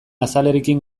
azalarekin